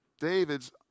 David's